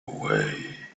away